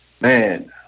man